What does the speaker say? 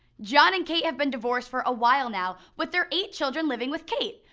jon and kate have been divorced for a while now, with their eight children living with kate,